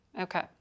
Okay